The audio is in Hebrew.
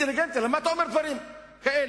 אינטליגנטי, למה אתה אומר דברים כאלה?